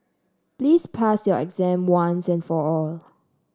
please pass your exam once and for all